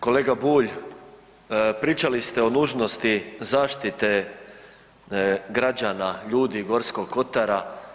Kolega Bulj, pričali ste o nužnosti zaštite građana, ljudi Gorskog kotara.